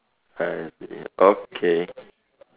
I see okay